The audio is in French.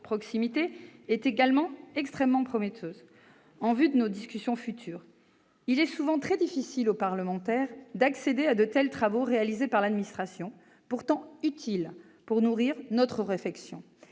proximité est également extrêmement prometteuse pour nos discussions futures. Il est souvent très difficile pour les parlementaires d'accéder à de tels travaux réalisés par l'administration, pourtant utiles pour nourrir notre réflexion.